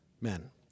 men